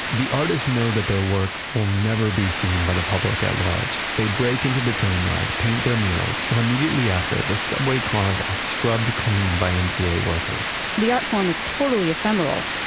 the artists know that their work will never be seen by the public at large. they break into the train yard, paint their murals and immediately after, the subway cars are scrubbed clean by mta workers. the art form is totally ephemeral.